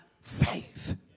faith